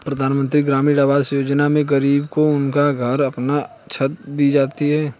प्रधानमंत्री ग्रामीण आवास योजना में गरीबों को उनका अपना घर और छत दी जाती है